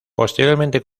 posteriormente